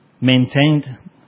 maintained